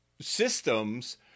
systems